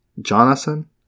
Jonathan